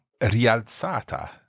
rialzata